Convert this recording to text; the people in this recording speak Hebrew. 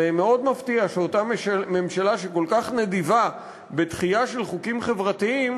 זה מאוד מפתיע שאותה ממשלה שכל כך נדיבה בדחייה של חוקים חברתיים,